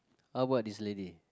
how about this lady